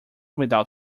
without